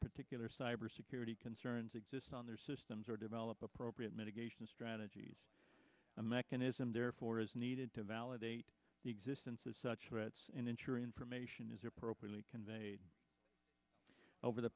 particular cyber security concerns exist on their systems or develop appropriate mitigation strategies a mechanism therefore is needed to validate the existence of such threats and ensure information is appropriately conveyed over the